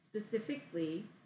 specifically